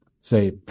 Say